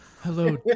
Hello